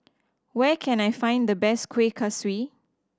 where can I find the best Kuih Kaswi